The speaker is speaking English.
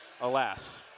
alas